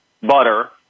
Butter